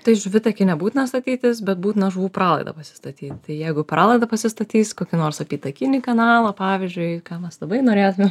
tai žuvitakį nebūtina statytis bet būtina žuvų pralaidą pasistatyt tai jeigu pralaidą pasistatys kokį nors apytakinį kanalą pavyzdžiui ką mes labai norėtumėm